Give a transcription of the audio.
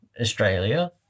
Australia